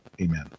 Amen